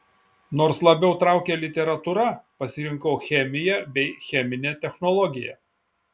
nors labiau traukė literatūra pasirinkau chemiją bei cheminę technologiją